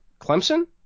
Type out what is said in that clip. Clemson